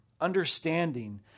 understanding